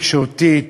תקשורתית,